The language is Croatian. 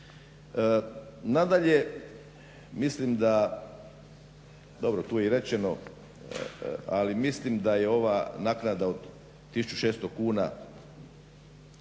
Nadalje, mislim da dobro tu je i rečeno ali mislim da je ova naknada od 1600 kuna